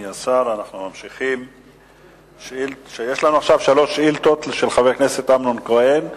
יש לנו עכשיו שלוש שאילתות של חבר הכנסת אמנון כהן.